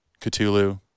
cthulhu